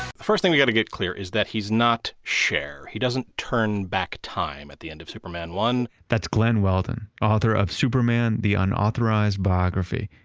first thing we got to get clear is that he is not cher, he doesn't turn back time at the end of superman i that's glenn weldon, author of, superman, the unauthorized biography,